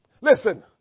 listen